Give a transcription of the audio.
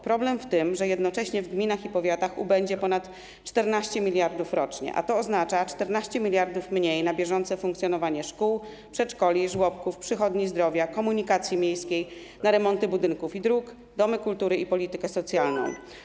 Problem w tym, że jednocześnie w gminach i powiatach ubędzie ponad 14 mld rocznie, a to oznacza 14 mld mniej na bieżące funkcjonowanie szkół, przedszkoli, żłobków, przychodni zdrowia, komunikacji miejskiej, na remonty budynków i dróg, domy kultury i politykę socjalną.